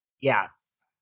Yes